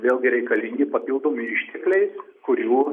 vėlgi reikalingi papildomi ištekliai kurių